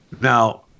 Now